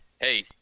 hey